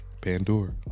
Pandora